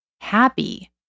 happy